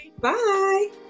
Bye